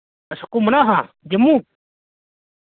अच्छा घुम्मना हा जम्मू